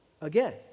again